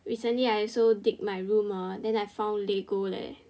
recently I also dig my room hor then I found Lego leh